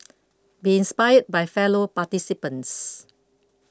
be inspired by fellow participants